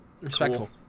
respectful